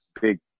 big